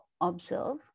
observe